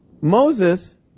moses